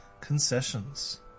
concessions